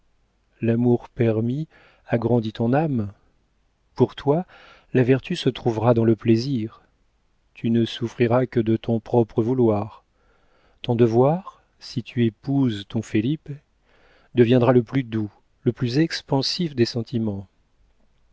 l'amour permis agrandit ton âme pour toi la vertu se trouvera dans le plaisir tu ne souffriras que de ton propre vouloir ton devoir si tu épouses ton felipe deviendra le plus doux le plus expansif des sentiments